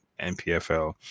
NPFL